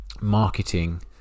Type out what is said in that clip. marketing